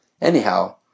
Anyhow